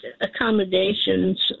accommodations